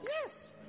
Yes